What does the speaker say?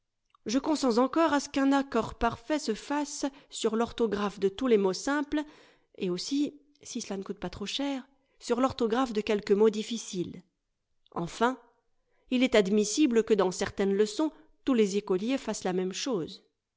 je consens encore à ce qu'un accord parfait se fasse sur l'orthographe de tous les mots simples et aussi si cela ne cojtepas trop cher sur l'orthographe de quel ques mots difficiles enfin il est admissible que dans certaines leçons tous les écoliers fassent la même chose